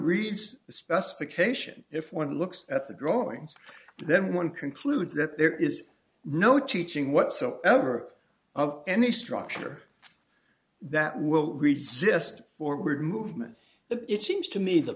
the specification if one looks at the drawings then one concludes that there is no teaching whatsoever of any structure that will resist forward movement but it seems to me the